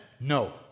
No